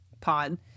pod